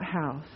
house